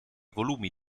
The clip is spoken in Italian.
volumi